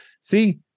see